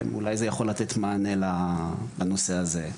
אולי זה יכול לתת מענה לנושא הזה.